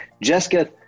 Jessica